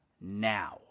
now